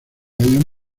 hayan